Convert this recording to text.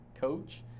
coach